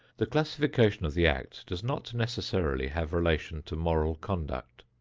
the classification of the act does not necessarily have relation to moral conduct.